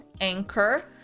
anchor